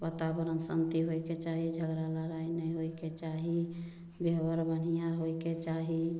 बाताबरण शांति होइके चाही झगड़ा लड़ाइ नहि होइके चाही व्यवहार बढ़िऑं होइके चाही